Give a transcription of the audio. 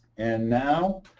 and now